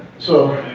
so